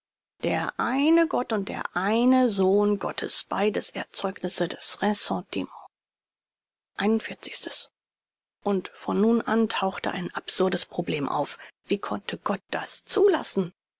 der eine gott und der eine sohn gottes beides erzeugnisse des ressentiment und von nun an tauchte ein absurdes problem auf wie konnte gott das zulassen